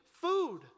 food